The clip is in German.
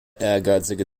ehrgeizige